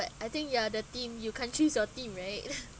but I think you are the team you can't choose your team right